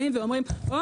ואומרים: או,